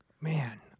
Man